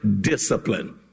discipline